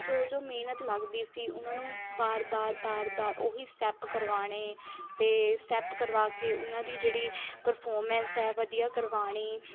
ਜੋ ਜੋ ਮਿਹਨਤ ਲੱਗਦੀ ਸੀ ਉਹਨਾਂ ਨੂੰ ਵਾਰ ਵਾਰ ਵਾਰ ਵਾਰ ਉਹੀ ਸਟੈਪ ਕਰਵਾਉਣੇ ਅਤੇ ਸਟੈਪ ਕਰਵਾ ਕੇ ਉਹਨਾਂ ਦੀ ਜਿਹੜੀ ਪਰਫੋਰਮੈਂਸ ਹੈ ਵਧੀਆ ਕਰਵਾਉਣੀ